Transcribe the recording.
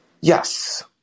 Yes